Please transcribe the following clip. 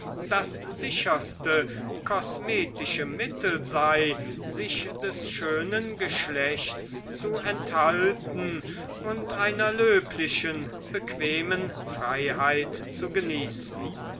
das sicherste kosmetische mittel sei sich des schönen geschlechts zu enthalten und einer löblichen bequemen freiheit zu genießen